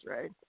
right